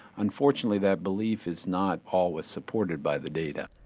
unfortunately that belief is not always supported by the data.